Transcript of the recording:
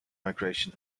migration